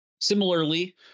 Similarly